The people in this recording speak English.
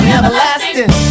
everlasting